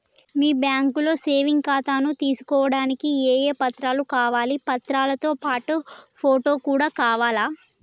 మీ బ్యాంకులో సేవింగ్ ఖాతాను తీసుకోవడానికి ఏ ఏ పత్రాలు కావాలి పత్రాలతో పాటు ఫోటో కూడా కావాలా?